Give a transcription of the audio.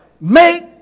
Make